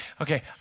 Okay